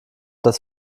das